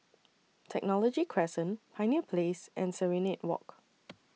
Technology Crescent Pioneer Place and Serenade Walk